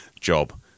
job